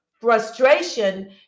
frustration